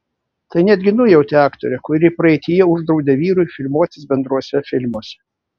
tai netgi nujautė aktorė kuri praeityje uždraudė vyrui filmuotis bendruose filmuose